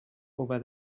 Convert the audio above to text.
over